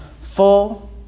full